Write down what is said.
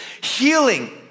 healing